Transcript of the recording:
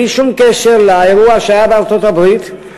בלי שום קשר לאירוע שהיה בארצות-הברית,